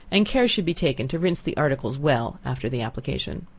and care should be taken to rinse the articles well after the application.